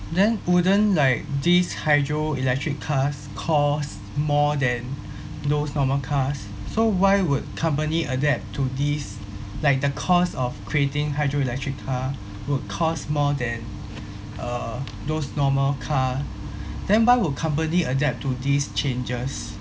then wouldn't like these hydroelectric cars cost more than those normal cars so why would company adapt to this like the cost of creating hydroelectric car would cost more than uh those normal car then why would company adapt to these changes